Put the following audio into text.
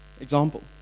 example